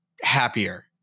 happier